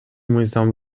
мыйзам